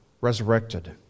resurrected